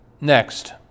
Next